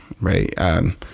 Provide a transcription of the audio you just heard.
right